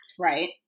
right